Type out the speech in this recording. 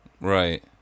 Right